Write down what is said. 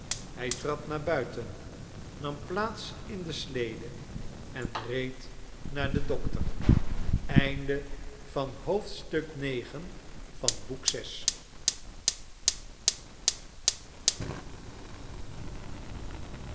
hij trad naar buiten nam plaats in de slede en reed naar den dokter